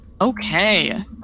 Okay